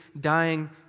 dying